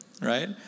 Right